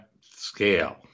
scale